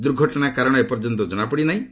ଦୂର୍ଘଟଣାର କାରଣ ଏପର୍ଯ୍ୟନ୍ତ ଜଣାପଡିନାହିଁ